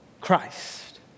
Christ